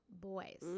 boys